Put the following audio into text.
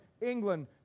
England